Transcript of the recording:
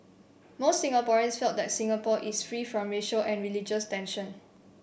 most Singaporeans felt that Singapore is free from racial and religious tension